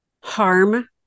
harm